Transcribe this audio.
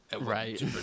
Right